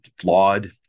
flawed